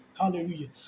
Hallelujah